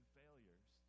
failures